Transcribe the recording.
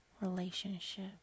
relationship